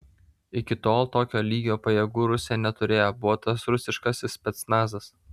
iki tol tokio lygio pajėgų rusija neturėjo buvo tas rusiškasis specnazas